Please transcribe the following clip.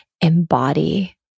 embody